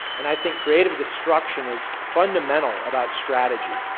and i think creative destruction is fundamental about strategy.